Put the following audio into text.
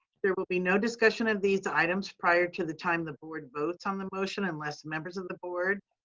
there will be no discussion of these items prior to the time the board votes on the motion unless members of the board,